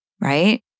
right